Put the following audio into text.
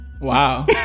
wow